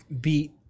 beat